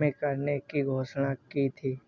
में करने की घोषणा की थी